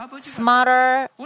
smarter